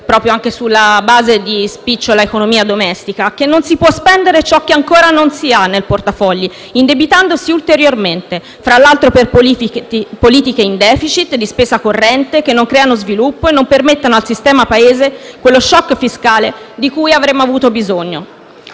base anche di una spicciola economia domestica, che non si può spendere ciò che non si ha nel portafoglio, indebitandosi ulteriormente, fra l'altro per politiche in *deficit*, di spesa corrente, che non creano sviluppo e non permettono al sistema Paese quello *shock* fiscale di cui avremmo avuto bisogno.